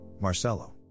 Marcelo